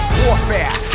warfare